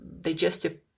digestive